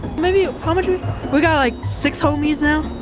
maybe, how much we, got like six homies now.